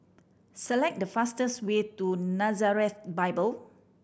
select the fastest way to Nazareth Bible